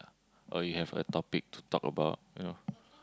or you have a topic to talk about you know